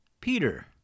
Peter